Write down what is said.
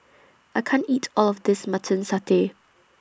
I can't eat All of This Mutton Satay